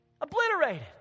Obliterated